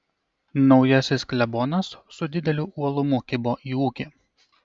naujasis klebonas su dideliu uolumu kibo į ūkį